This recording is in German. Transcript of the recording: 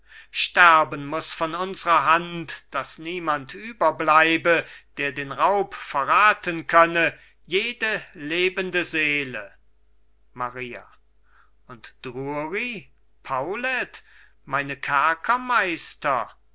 sterben muß von unsrer hand daß niemand überbleibe der den raub verraten könne jede lebende seele maria und drury paulet meine kerkermeister